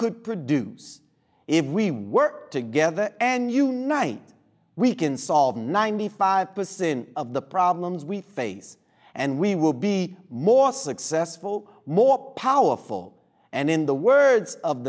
could produce if we work together and unite we can solve ninety five percent of the problems we face and we will be more successful more powerful and in the words of